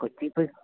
കൊച്ചിയിൽ പോയി